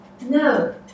No